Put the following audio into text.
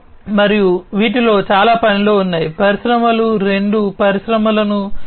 మరియు వీటిలో చాలా పనిలో ఉన్నాయి పరిశ్రమలు రెండు పరిశ్రమలను 4